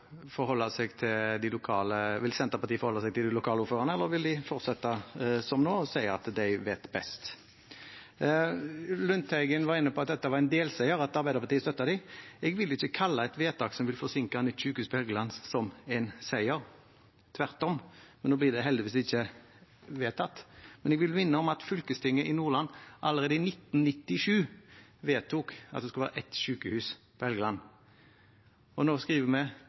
forholde seg til de lokale ordførerne, eller vil de fortsette som nå og si at de vet best? Representanten Lundteigen var inne på at dette var en delseier, at Arbeiderpartiet støttet dem. Jeg vil ikke kalle et vedtak som vil forsinke nytt sykehus på Helgeland, som en seier – tvert om. Nå blir det heldigvis ikke vedtatt, men jeg vil minne om at fylkestinget i Nordland allerede i 1997 vedtok at det skulle være ett sykehus på Helgeland. Nå skriver vi